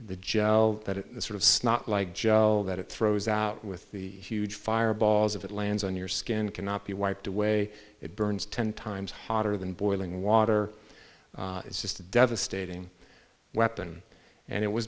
the gel that sort of snotty like joel that it throws out with the huge fireballs if it lands on your skin cannot be wiped away it burns ten times hotter than boiling water it's just a devastating weapon and it was